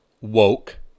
woke